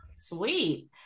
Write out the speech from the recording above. Sweet